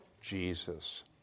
Jesus